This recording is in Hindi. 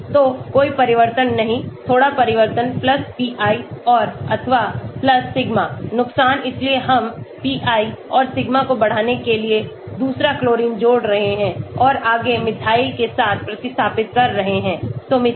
तो कोई परिवर्तन नहीं थोड़ा परिवर्तन pi और अथवा सिग्मा नुकसान इसलिए हम pi और सिग्मा को बढ़ाने के लिए दूसरा क्लोरीन जोड़ रहे हैं और आगे मिथाइल के साथ प्रतिस्थापित करते हैं तो मिथाइल